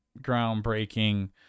groundbreaking